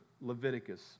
Leviticus